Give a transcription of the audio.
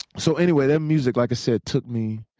so anyway, that music, like i said, took me